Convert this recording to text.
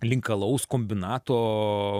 link alaus kombinato